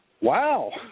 Wow